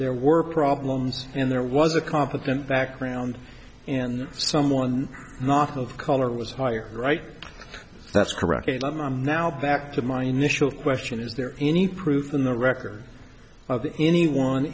there were problems and there was a competent background and someone not of color was hired right that's correct now back to my initial question is there any proof in the record of anyone